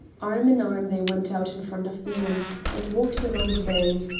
arm in arm they went out in front of the inn and walked along the bay,